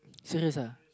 choose this uh